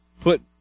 put